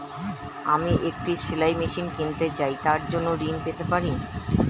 আমি একটি সেলাই মেশিন কিনতে চাই তার জন্য ঋণ পেতে পারি?